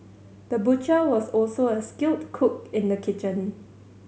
the butcher was also a skilled cook in the kitchen